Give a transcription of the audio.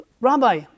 Rabbi